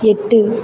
எட்டு